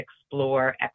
explore